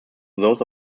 those